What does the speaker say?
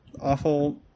awful